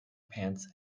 pants